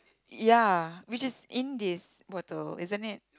ya which in this bottle isn't it